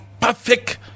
perfect